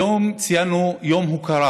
היום ציינו יום הוקרה